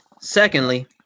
Secondly